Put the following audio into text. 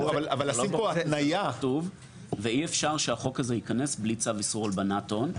--- איפה זה כתוב ואי אפשר שהחוק הזה ייכנס בלי צו איסור הלבנת הון.